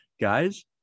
Guys